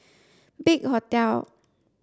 big Hotel